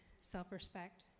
self-respect